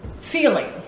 feeling